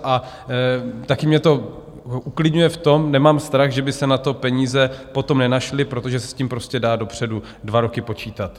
A taky mě to uklidňuje v tom, nemám strach, že by se na to peníze potom nenašly, protože se s tím prostě dá dopředu dva roky počítat.